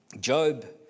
Job